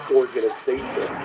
organization